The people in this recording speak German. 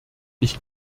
ich